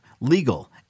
legal